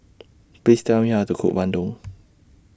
Please Tell Me How to Cook Bandung